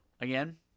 again